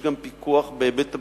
יש גם פיקוח בהיבט הבטיחותי,